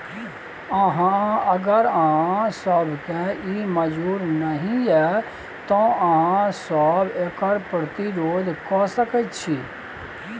अगर अहाँ सभकेँ ई मजूर नहि यै तँ अहाँ सभ एकर प्रतिरोध कए सकैत छी